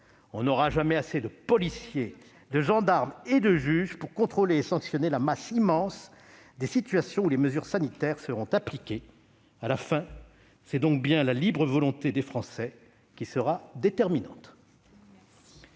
n'aurons jamais assez de policiers, de gendarmes et de juges pour contrôler et sanctionner la masse immense des situations où les mesures sanitaires seront appliquées. À la fin, c'est donc bien la libre volonté des Français qui sera déterminante.